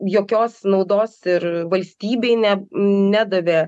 jokios naudos ir valstybei ne nedavė